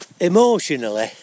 Emotionally